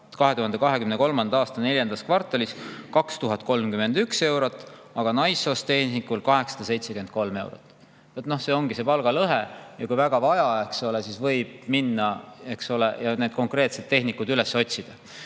2023. aasta neljandas kvartalis 2031 eurot, aga naissoost tehnikul 873 eurot. See ongi see palgalõhe. Ja kui väga vaja, siis võib minna, eks ole, ja need konkreetsed tehnikud üles otsida,